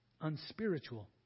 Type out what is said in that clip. unspiritual